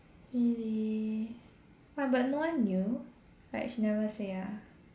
really !wah! but no one knew like she never say ah